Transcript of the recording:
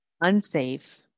unsafe